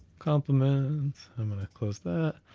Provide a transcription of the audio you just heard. compliments, i'm gonna close that,